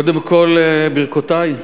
קודם כול, ברכותי.